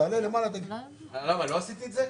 מה המקור שלו?